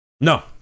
No